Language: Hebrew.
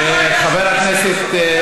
חבר הכנסת,